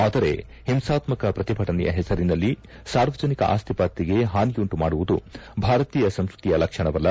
ಆದರೆ ಹಿಂಸಾತ್ಕ ಪ್ರತಿಭಟನೆಯ ಹೆಸರಿನಲ್ಲಿ ಸಾರ್ವಜನಿಕ ಆಸ್ತಿಪಾಸ್ತಿಗೆ ಪಾನಿಯುಂಟು ಮಾಡುವುದು ಭಾರತೀಯ ಸಂಸ್ಕತಿಯ ಲಕ್ಷಣವಲ್ಲ